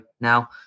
now